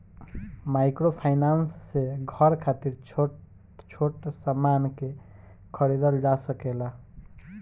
microfinance से घर खातिर छोट छोट सामान के खरीदल जा सकेला